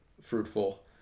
fruitful